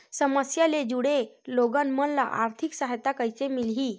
समस्या ले जुड़े लोगन मन ल आर्थिक सहायता कइसे मिलही?